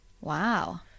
Wow